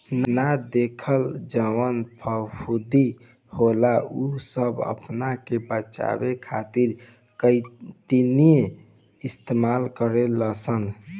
ना देखल जवन फफूंदी होला उ सब आपना के बचावे खातिर काइतीने इस्तेमाल करे लसन